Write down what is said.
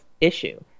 issue